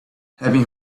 having